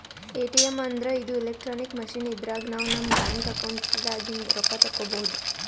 ATM ಅಂದ್ರ ಇದು electronic machine ಇದ್ರಾಗ್ ನಾವ್ ನಮ್ ಬ್ಯಾಂಕ್ ಅಕೌಂಟ್ ದಾಗಿಂದ್ ರೊಕ್ಕ ತಕ್ಕೋಬಹುದ್